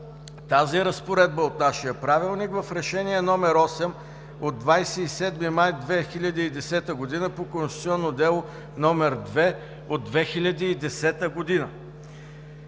тази разпоредба от нашия Правилник в Решение № 8 от 27 май 2010 г. по Конституционно дело № 2 от 2010 г.